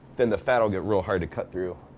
then the fat'll get real hard to cut through,